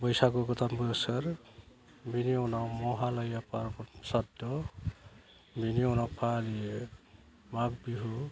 बैसागु गोदान बोसोर बेनि उनाव महालया फारबद सादद' बेनि उनाव फालियो माघ बिहु